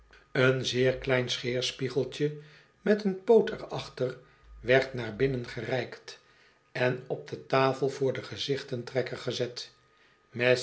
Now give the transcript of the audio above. een zeer klein scheerspiegeltjc met een poot er achter werd naar binnen gereikt en op de tafel voor den gezichten trekker gezet